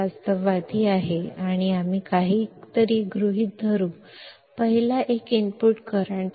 ವಾಸ್ತವಿಕವಾದ ಕೆಲವು ಊಹೆಗಳಿವೆ ಮತ್ತು ನಾವು ಏನನ್ನಾದರೂ ಊಹಿಸುತ್ತೇವೆ ಮೊದಲನೆಯದು 0 ಇನ್ಪುಟ್ ಕರೆಂಟ್